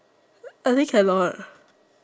I think can not